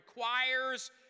requires